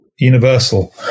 universal